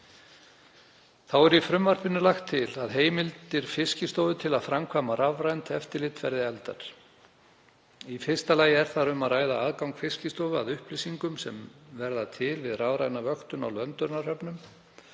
Þá er í frumvarpinu lagt til að heimildir Fiskistofu til að framkvæma rafrænt eftirlit verði efldar. Í fyrsta lagi er þar um að ræða aðgang Fiskistofu að upplýsingum sem verða til við rafræna vöktun á löndunarhöfnum.